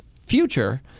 future